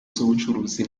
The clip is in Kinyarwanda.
z’ubucuruzi